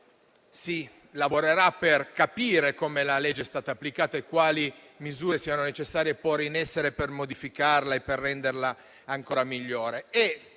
anni lavorerà per capire come la legge è stata applicata e quali misure sia necessario porre in essere per modificarla e renderla così ancora migliore.